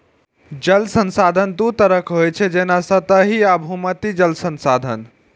जल संसाधन दू तरहक होइ छै, जेना सतही आ भूमिगत जल संसाधन